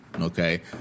okay